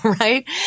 right